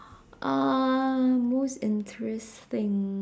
uh most interesting